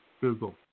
Google